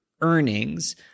earnings